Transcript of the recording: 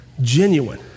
genuine